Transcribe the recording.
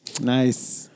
Nice